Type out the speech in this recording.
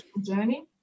journey